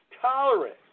tolerant